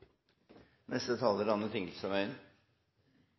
Neste taler er